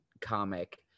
comic